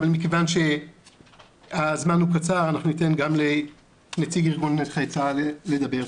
אבל מכיוון שהזמן הוא קצר אנחנו ניתן גם לנציג ארגון נכי צה"ל לדבר.